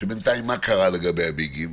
שבינתיים מה קרה לגבי הביגים?